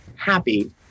happy